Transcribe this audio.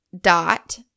dot